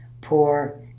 poor